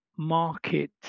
Market